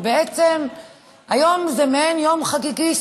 ובעצם היום זה מעין יום חגיגי,